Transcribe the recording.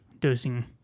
dosing